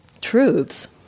truths